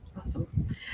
awesome